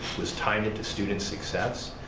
was tying it to student success,